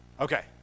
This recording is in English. Okay